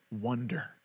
wonder